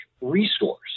resource